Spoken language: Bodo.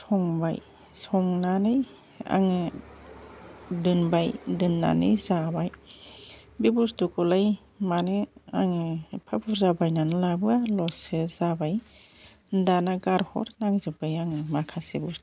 संबाय संनानै आंङो दोनबाय दोननानै जाबाय बे बुस्थुखौलाय मानो आङो एफा बुरजा बायनानै लाबोआ लससो जाबाय दाना गारहर नांजोबबाय आङो माखासे बुस्थफोरखौ